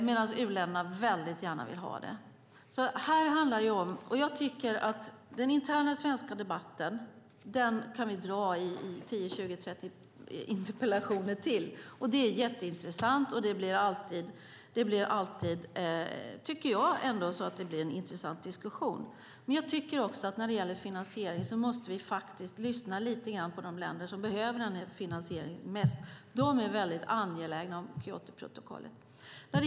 U-länderna vill dock väldigt gärna ha det. Den interna svenska debatten kan vi föra i 10, 20, 30 interpellationsdebatter till. Det blir alltid intressanta diskussioner. Men när det gäller finansiering måste vi lyssna på de länder som behöver finansieringen bäst. De är ytterst angelägna om Kyotoprotokollet.